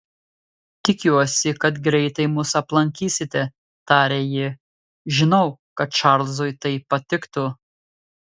tikiuosi kad greitai mus aplankysite tarė ji žinau kad čarlzui tai patiktų